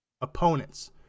opponents